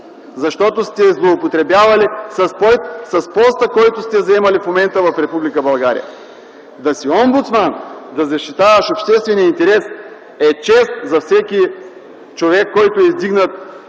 защото сте злоупотребявали с поста, който сте заемали до момента в Република България. Да си омбудсман, да защитаваш обществения интерес, е чест за всеки човек, който е издигнат